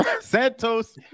Santos